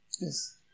Yes